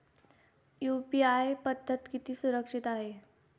UPI पद्धत किती सुरक्षित आहे?